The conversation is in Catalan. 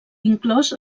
inclòs